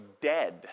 dead